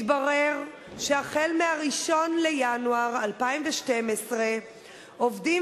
מתברר שהחל מ-1 בינואר 2012 עובדים